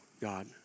God